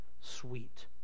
sweet